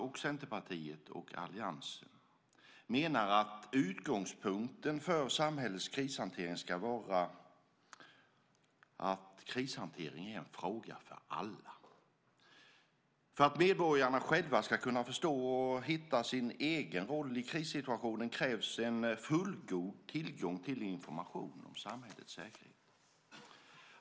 Jag, Centerpartiet och alliansen menar att utgångspunkten för samhällets krishantering ska vara att den är en fråga för alla. För att medborgarna själva ska kunna förstå och hitta sin egen roll i krissituationer krävs en fullgod tillgång till information om samhällets säkerhet.